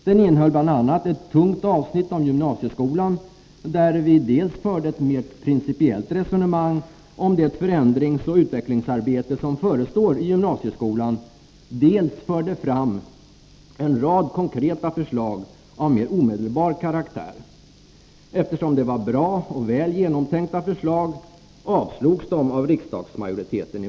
Den innehöll bl.a. ett tungt avsnitt om gymnasieskolan, där vi dels förde ett mer principiellt resonemang om det förändringsoch utvecklingsarbete som förestår i gymnasieskolan, dels förde fram en rad konkreta förslag av mer omedelbar karaktär. Eftersom det var bra och väl genomtänkta förslag avslogs de i vanlig ordning av riksdagsmajoriteten.